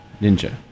Ninja